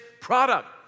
product